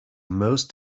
most